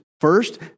first